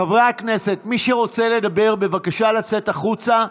חברי הכנסת, מי שרוצה לדבר, בבקשה לצאת החוצה.